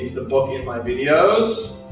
the book in my videos.